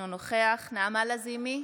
אינו נוכח נעמה לזימי,